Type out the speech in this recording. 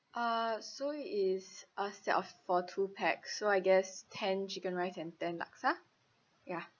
uh so it's uh set of for two pax so I guess ten chicken rice and ten laksa ya